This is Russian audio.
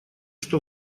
что